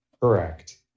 correct